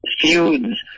feuds